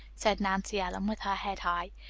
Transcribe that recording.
said nancy ellen with her head high.